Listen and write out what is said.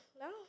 No